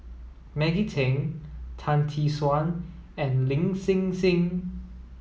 Maggie Teng Tan Tee Suan and Lin Hsin Hsin